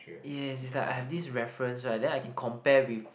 yes it's like I have this reference right then I can compare with